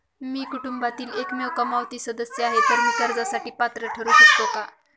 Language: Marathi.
मी कुटुंबातील एकमेव कमावती सदस्य आहे, तर मी कर्जासाठी पात्र ठरु शकतो का?